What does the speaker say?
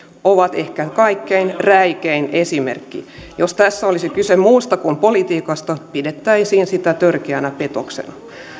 ovat ehkä kaikkein räikein esimerkki jos tässä olisi kyse muusta kuin politiikasta pidettäisiin sitä törkeänä petoksena